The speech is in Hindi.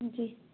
जी